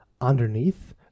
underneath